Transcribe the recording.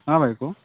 ହଁ ଭାଇ କୁହ